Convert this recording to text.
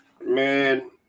man